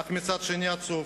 אך מצד שני עצוב,